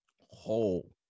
whole